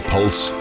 Pulse